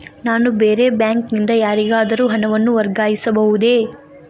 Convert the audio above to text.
ನಾನು ಬೇರೆ ಬ್ಯಾಂಕ್ ನಿಂದ ಯಾರಿಗಾದರೂ ಹಣವನ್ನು ವರ್ಗಾಯಿಸಬಹುದೇ?